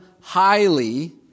highly